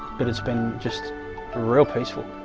but it's been just a real peaceful